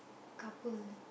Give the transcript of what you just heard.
couple